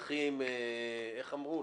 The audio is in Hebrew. במהלכים --- איך אמרו?